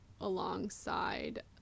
alongside